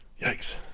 Yikes